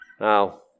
Now